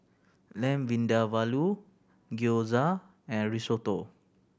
Lamb Vindaloo Gyoza and Risotto